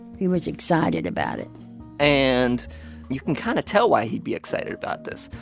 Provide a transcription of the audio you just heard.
he was excited about it and you can kind of tell why he'd be excited about this.